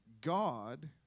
God